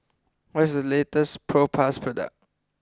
what is the latest Propass product